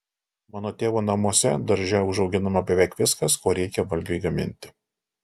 mano tėvo namuose darže užauginama beveik viskas ko reikia valgiui gaminti